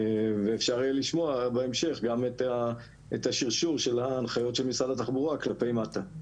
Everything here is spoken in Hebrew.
ואפשר לשמוע בהמשך גם את השירשור של ההנחיות של משרד התחבורה כלפי מטה.